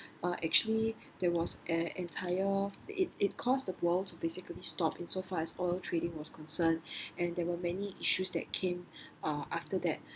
uh actually there was an entire it it cost the world to basically stop in so far as oil trading was concerned and there were many issues that came uh after that